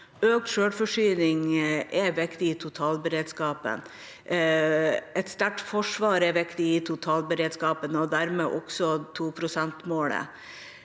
Økt selvforsyning er viktig i totalberedskapen. Et sterkt forsvar er viktig i totalberedskapen, og dermed også 2-prosentmålet.